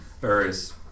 various